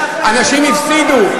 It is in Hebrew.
אנשים הפסידו.